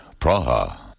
Praha